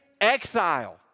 exile